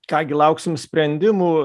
ką gi lauksim sprendimų